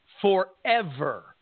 forever